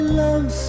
love